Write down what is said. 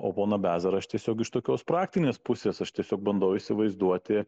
o poną bezarą aš tiesiog iš tokios praktinės pusės aš tiesiog bandau įsivaizduoti